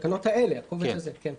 התקנות האלה, הקובץ הזה, כן.